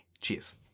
Cheers